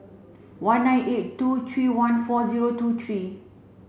one nine eight two three one four zero two three